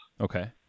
Okay